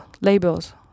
labels